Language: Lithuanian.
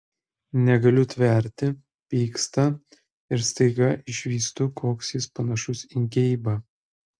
negaliu tverti pyksta ir staiga išvystu koks jis panašus į geibą